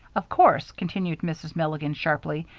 of course, continued mrs. milligan, sharply,